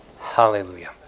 Hallelujah